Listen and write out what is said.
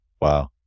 Wow